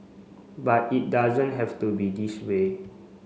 but it doesn't have to be this way